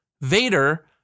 Vader